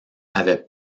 avait